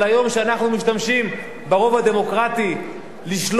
כשאנחנו משתמשים ברוב הדמוקרטי לשלוט,